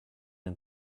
and